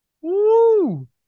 Woo